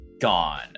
gone